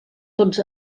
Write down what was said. tots